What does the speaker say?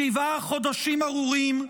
שבעה חודשים ארורים,